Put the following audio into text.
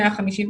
150,